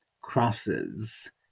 crosses